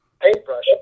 paintbrush